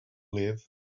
live